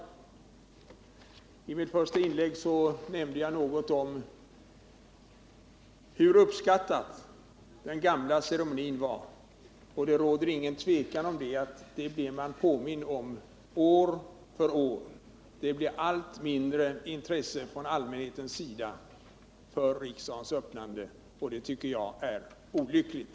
I 105 mitt första inlägg nämnde jag något om hur uppskattad den gamla ceremonin var. År efter år blir man nu påmind om att intresset från allmänhetens sida för riksmötets öppnande blir allt mindre. Det tycker jag är olyckligt.